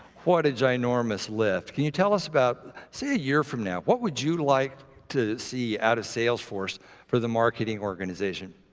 what a ginormous lift. can you tell us about, say, a year from now, what would you like to see out of salesforce for the marketing organization?